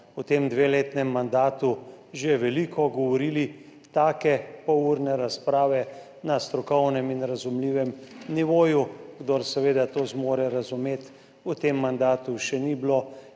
v tem dveletnem mandatu že veliko govorili. Take polurne razprave na strokovnem in razumljivem nivoju, kdor seveda to zmore razumeti, v tem mandatu še ni bilo.